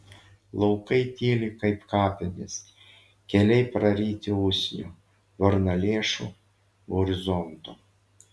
laukai tyli kaip kapinės keliai praryti usnių varnalėšų horizonto